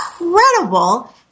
incredible